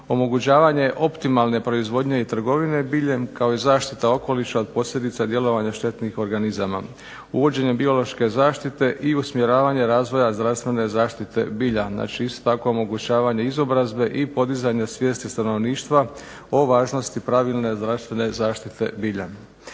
omogućavanje optimalne proizvodnje i trgovine biljem, kao i zaštita okoliša od posljedica djelovanja štetnih organizama. Uvođenjem biološke zaštite i usmjeravanje razvoja zdravstvene zaštite bilja, znači isto tako omogućavanje izobrazbe i podizanje svijesti stanovništva o važnosti pravilne zdravstvene zaštite bilja.